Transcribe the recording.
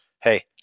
hey